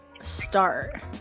start